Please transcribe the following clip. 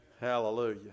Hallelujah